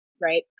right